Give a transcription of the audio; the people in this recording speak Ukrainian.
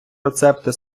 рецепти